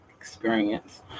experience